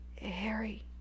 Harry